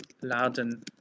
Laden